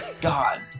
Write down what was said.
God